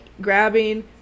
grabbing